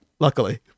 Luckily